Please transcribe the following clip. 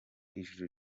ijuru